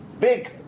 big